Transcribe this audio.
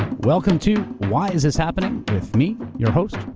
welcome to why is this happening, with me, your host,